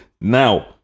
now